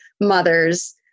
Mothers